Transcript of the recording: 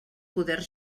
poder